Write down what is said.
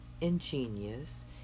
ingenious